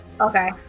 Okay